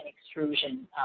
extrusion